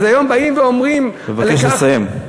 אז היום באים ואומרים, אבקש לסיים.